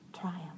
triumph